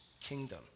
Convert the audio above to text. kingdom